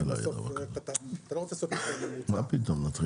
אתה לא רוצה לעשות מחיר ממוצע ולכן